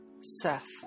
Seth